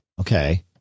Okay